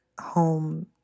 home